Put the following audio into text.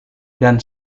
dan